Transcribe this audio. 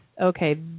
okay